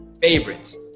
favorites